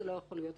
זה לא יכול להיות.